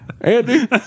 Andy